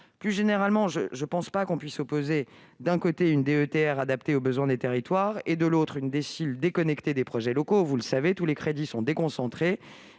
Plus généralement, je ne pense pas que l'on puisse opposer, d'un côté, une DETR adaptée aux besoins des territoires et, de l'autre, une DSIL déconnectée des projets locaux. Comme vous le savez, tous les crédits sont déconcentrés